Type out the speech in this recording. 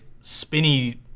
spinny